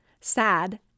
sad